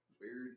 Weird